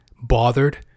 bothered